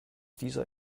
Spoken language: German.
dieser